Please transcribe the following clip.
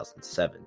2007